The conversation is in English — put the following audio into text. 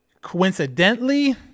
Coincidentally